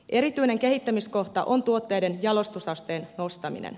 erityinen kehittämiskohta on tuotteiden jalostusasteen nostaminen